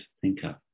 thinker